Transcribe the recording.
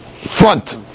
front